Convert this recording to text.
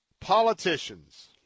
Politicians